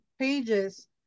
pages